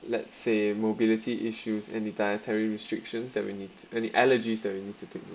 let's say mobility issues any dietary restrictions that we need any t~ any allergies that we need to take